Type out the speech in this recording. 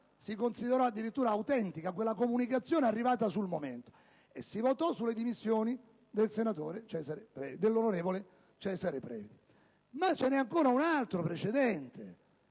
Si considerò addirittura autentica quella comunicazione arrivata sul momento e si votò sulle dimissioni dell'onorevole Cesare Previti. C'è ancora un altro precedente,